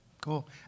Cool